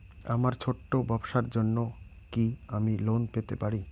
আমার ছোট্ট ব্যাবসার জন্য কি আমি লোন পেতে পারি?